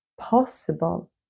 possible